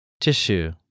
Tissue